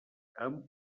amb